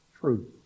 truth